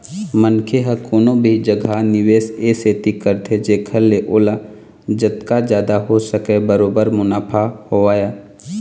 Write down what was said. मनखे ह कोनो भी जघा निवेस ए सेती करथे जेखर ले ओला जतका जादा हो सकय बरोबर मुनाफा होवय